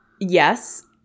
Yes